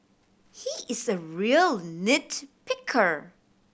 he is a real nit picker